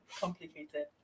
complicated